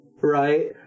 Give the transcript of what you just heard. right